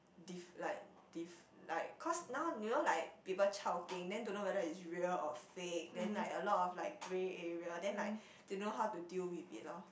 diff~ like diff~ like cause now you know like people chao keng then don't know whether is real or fake then like a lot of like grey area then like don't know how to deal with it lor